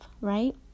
Right